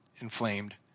inflamed